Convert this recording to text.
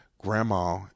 Grandma